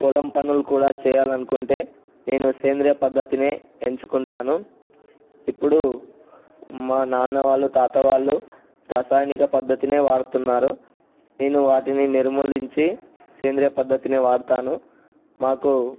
పొలం పనులు కూడా చేయాలని అనుకుంటే నేను సేంద్రీయ పద్ధతిని ఎంచుకుంటాను ఇప్పుడు మా నాన్న వాళ్ళు తాత వాళ్ళు రసాయనిక పద్ధతిని వాడుతున్నారు నేను వాటిని నిర్మూలించి సేంద్రీయ పద్ధతిని వాడుతాను మాకు